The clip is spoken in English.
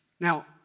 Now